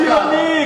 הוא ציוני,